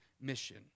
mission